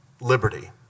liberty